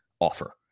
offer